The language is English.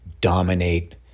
dominate